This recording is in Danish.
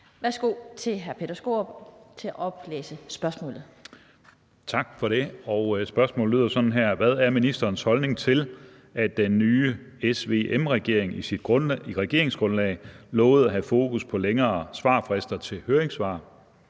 Kl. 15:32 Peter Skaarup (DD): Tak for det. Spørgsmålet lyder sådan her: Hvad er ministerens holdning til, at den nye SVM-regering i sit regeringsgrundlag lovede at have fokus på længere svarfrister til høringssvar,